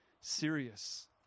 serious